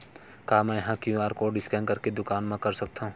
का मैं ह क्यू.आर कोड स्कैन करके दुकान मा कर सकथव?